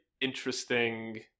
interesting